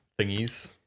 thingies